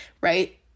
right